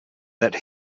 that